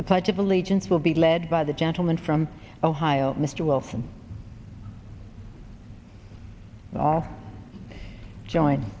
the pledge of allegiance will be led by the gentleman from ohio mr wilson all join